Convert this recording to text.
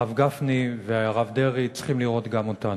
הרב גפני והרב דרעי, צריכים לראות גם אותנו.